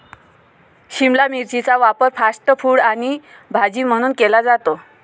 शिमला मिरचीचा वापर fast food आणि भाजी म्हणून केला जातो